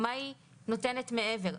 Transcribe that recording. מה היא נותנת מעבר?